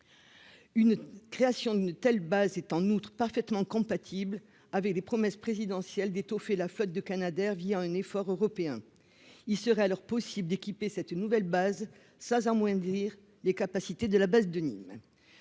une création d'une telle base est en outre parfaitement compatible avec les promesses présidentielles d'étoffer la flotte de Canadair via un effort européen, il serait alors possible d'équiper, c'est une nouvelle base Sasa moins dire les capacités de la baisse de Nîmes,